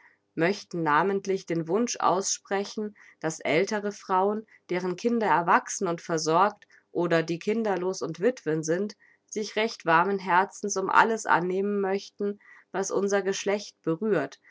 möchten namentlich den wunsch aussprechen daß ältere frauen deren kinder erwachsen und versorgt oder die kinderlos und wittwen sind sich recht warmen herzens um alles annehmen möchten was unser geschlecht berührt